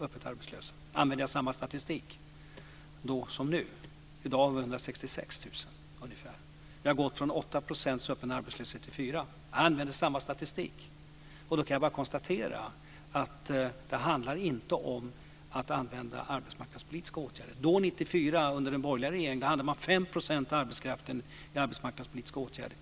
Om jag använder samma statistik nu som då är det ungefär 166 000. Vi har gått från 8 % öppen arbetslöshet till 4 %. Jag använder samma statistik. Då kan jag bara konstatera att det inte handlar om att använda arbetsmarknadspolitiska åtgärder. 1994 under den borgerliga regeringen hade man 5 % av arbetskraften i arbetsmarknadspolitiska åtgärder.